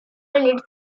its